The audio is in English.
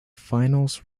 finals